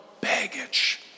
baggage